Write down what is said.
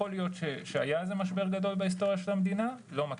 יכול להיות שהיה איזה משבר גדול בהיסטוריה של המדינה אבל אני לא מכיר.